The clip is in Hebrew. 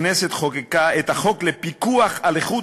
הכנסת חוקקה את החוק לפיקוח על איכות